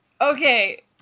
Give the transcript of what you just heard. Okay